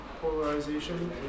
polarization